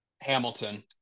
hamilton